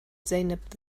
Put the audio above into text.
zeynep